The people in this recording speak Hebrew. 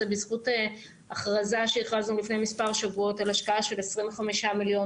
בזכות הכרזה שהכרזנו לפני מספר שבועות על השקעה של 25 מיליון